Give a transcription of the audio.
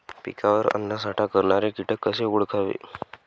पिकावर अन्नसाठा करणारे किटक कसे ओळखावे?